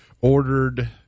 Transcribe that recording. ordered